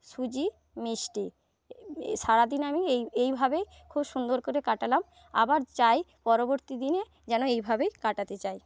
সুজি মিষ্টি সারাদিন আমি এই এইভাবেই খুব সুন্দর করে কাটালাম আবার চাই পরবর্তী দিনে যেন এইভাবেই কাটাতে চাই